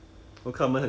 oh